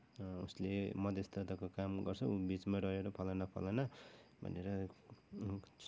उसले मध्यस्थताको काम गर्छ ऊ बिचमा रहेर फलाना फलाना भनेर